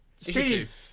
Steve